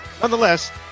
Nonetheless